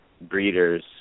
breeders